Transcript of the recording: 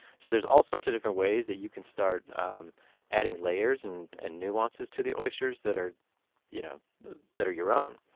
so all sorts of different ways that you can start um adding layers and and nuances to the oysters that are you know that are your own